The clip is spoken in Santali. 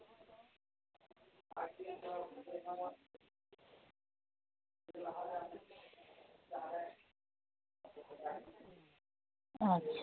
ᱟᱪᱪᱷᱟ